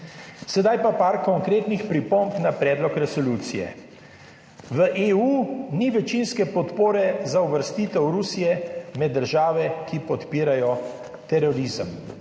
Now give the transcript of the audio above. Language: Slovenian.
Sedaj pa par konkretnih pripomb na predlog resolucije. V EU ni večinske podpore za uvrstitev Rusije med države, ki podpirajo terorizem.